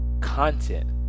content